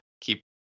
keep